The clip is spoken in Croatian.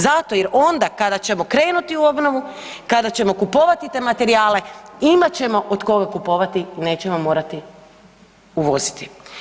Zato jer onda kada ćemo krenuti u obnovu, kada ćemo kupovati te materijale, imat ćemo od koga kupovati, nećemo morati uvoziti.